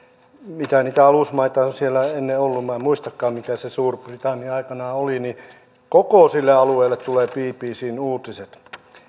mitä niitä alusmaita siellä on ennen ollut minä en muistakaan mikä se suur britannia aikanaan oli koko sille alueelle tulee bbcn uutiset